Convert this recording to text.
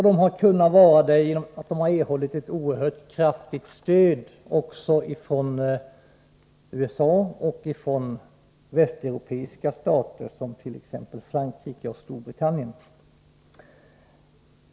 Den har kunnat vara det därigenom att den erhållit ett mycket kraftigt stöd från USA och också från västeuropeiska stater som t.ex. Frankrike och Storbritannien.